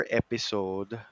episode